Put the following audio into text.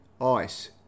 ICE